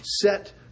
set